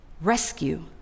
Rescue